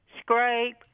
scrape